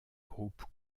groupe